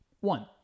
One